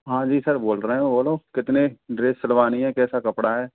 हाँ जी सर बोल रहे हैं बोलो कितने ड्रेस सिलवानी हैं कैसा कपड़ा है